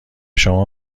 شما